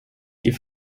die